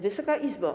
Wysoka Izbo!